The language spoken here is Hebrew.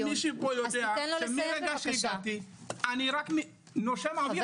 מרגע שהגעתי אני רק נושם אוויר.